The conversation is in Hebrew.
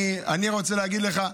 אני רוצה להגיד לך,